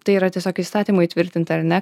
tai yra tiesiog įstatymu įtvirtinta ar ne